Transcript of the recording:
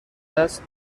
دست